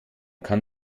kann